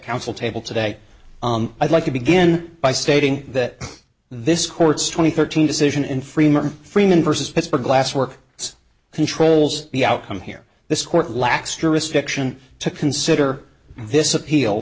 counsel table today i'd like to begin by stating that this court's twenty thirteen decision in fremont freeman versus pittsburgh last work its controls the outcome here this court lacks jurisdiction to consider this appeal